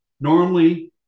Normally